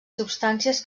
substàncies